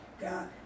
God